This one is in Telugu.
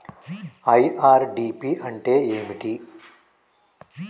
ఐ.ఆర్.డి.పి అంటే ఏమిటి?